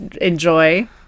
enjoy